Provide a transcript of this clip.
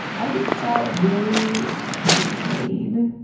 i just felt really betrayed,